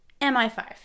MI5